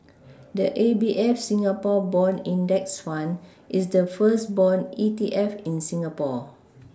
the A B F Singapore bond index fund is the first bond E T F in Singapore